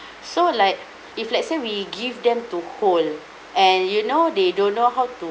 so like if let's say we give them to hold and you know they don't know how to